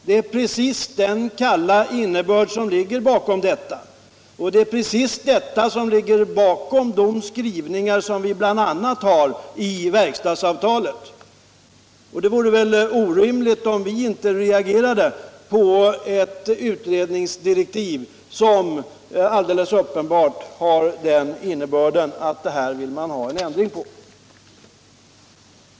Det är precis den kalla innebörden i dessa direktiv. Det är precis detta som ligger bakom de skrivningar som vi bl.a. har i verkstadsavtalet. Och det vore orimligt om vi inte reagerade på ett utredningsdirektiv som alldeles uppenbart har en sådan innebörd att en ändring måste komma till stånd.